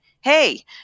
Hey